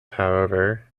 however